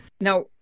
Now